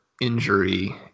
injury